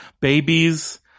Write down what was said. babies